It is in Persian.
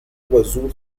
بازور